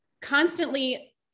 constantly